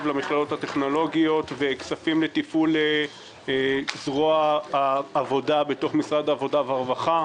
למכללות הטכנולוגיות וכספים לתפעול זרוע העבודה במשרד העבודה והרווחה.